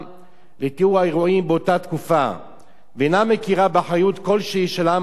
לתיאור האירועים באותה תקופה ואינה מכירה באחריות כלשהי של העם הטורקי,